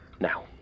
Now